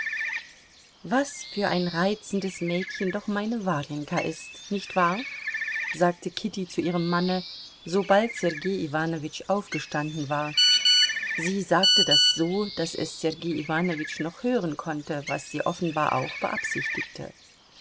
was für ein reizendes mädchen doch meine warjenka ist nicht wahr sagte kitty zu ihrem manne sobald sergei iwanowitsch aufgestanden war sie sagte das so daß es sergei iwanowitsch noch hören konnte was sie offenbar auch beabsichtigte